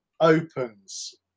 opens